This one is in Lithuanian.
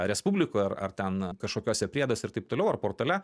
respublikoj ar ten kažkokiose prieduose ir taip toliau ar portale